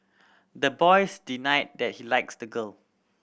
the boys denied that he likes the girl